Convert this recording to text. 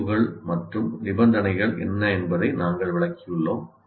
மதிப்புகள் மற்றும் நிபந்தனைகள் என்ன என்பதை நாங்கள் விளக்கியுள்ளோம்